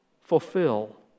fulfill